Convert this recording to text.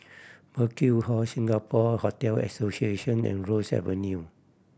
Burkill Hall Singapore Hotel Association and Ross Avenue